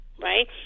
right